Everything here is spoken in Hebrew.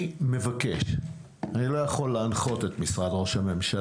במצב הפוליטי הקיים אני לא יכול להנחות את משרד ראש הממשלה.